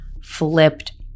flipped